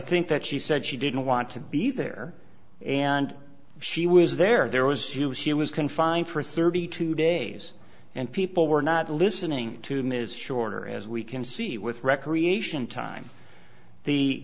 think that she said she didn't want to be there and she was there there was you see it was confined for thirty two days and people were not listening to ms shorter as we can see with recreation time the